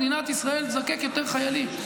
ביטחון מדינת ישראל זקוק ליותר חיילים.